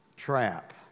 trap